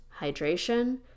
hydration